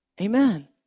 Amen